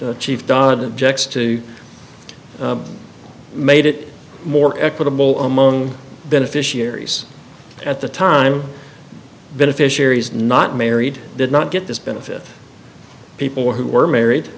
chief dodd objects to made it more equitable among beneficiaries at the time beneficiaries not married did not get this benefit people who were married